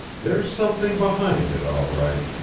there's something behind it, all right.